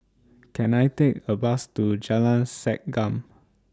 Can I Take A Bus to Jalan Segam